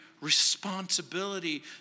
responsibility